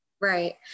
right